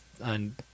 and-